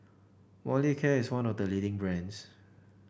Molicare is one of the leading brands